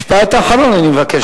משפט אחרון, אני מבקש.